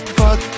fuck